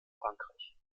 frankreich